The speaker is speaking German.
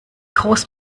groß